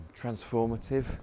transformative